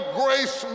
grace